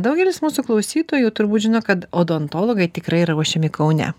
daugelis mūsų klausytojų turbūt žino kad odontologai tikrai yra ruošiami kaune